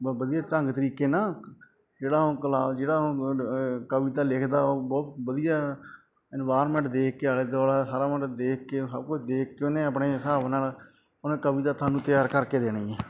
ਵਾ ਵਧੀਆ ਢੰਗ ਤਰੀਕੇ ਨਾਲ ਜਿਹੜਾ ਉਹ ਕਲਾਲ ਜਿਹੜਾ ਉਹ ਕਵਿਤਾ ਲਿਖਦਾ ਉਹ ਬਹੁਤ ਵਧੀਆ ਇਨਵਾਇਰਮੈਂਟ ਦੇਖ ਕੇ ਆਲੇ ਦੁਆਲੇ ਹਰਾ ਮੋਡਾ ਦੇਖ ਕੇ ਉਹ ਸਭ ਕੁਝ ਦੇਖ ਕੇ ਉਹਨੇ ਆਪਣੇ ਹਿਸਾਬ ਨਾਲ ਉਹਨੇ ਕਵਿਤਾ ਤੁਹਾਨੂੰ ਤਿਆਰ ਕਰਕੇ ਦੇਣੀ